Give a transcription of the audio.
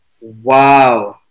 Wow